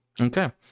okay